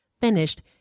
Finished